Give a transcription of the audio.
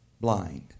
blind